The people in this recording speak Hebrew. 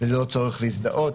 ללא צורך להזדהות.